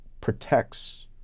protects